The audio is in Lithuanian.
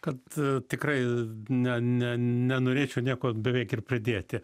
kad tikrai ne ne nenorėčiau nieko beveik ir pridėti